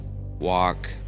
walk